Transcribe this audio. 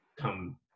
come